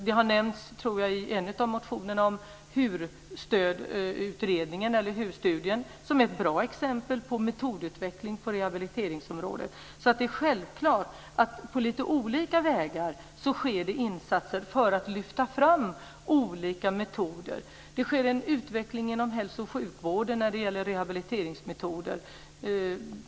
I en av motionerna nämndes HUR-studien, som är ett bra exempel på metodutveckling på rehabiliteringsområdet. Det är självklart att det på lite olika vägar sker insatser för att lyfta fram olika metoder. Det sker en utveckling inom hälso och sjukvården när det gäller rehabiliteringsmetoder.